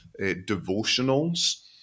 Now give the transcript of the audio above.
devotionals